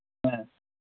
ꯑꯥ